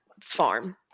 farm